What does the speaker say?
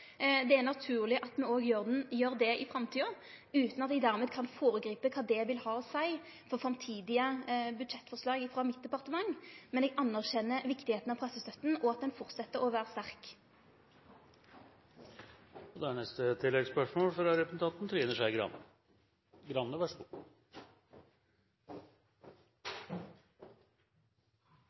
Det er naturleg at me òg gjer det i framtida, utan at eg dermed kan føregripe kva dette vil ha å seie for framtidige budsjettforslag frå mitt departement. Men eg anerkjenner at pressestøtta er viktig, og at ho held fram med å vere sterk.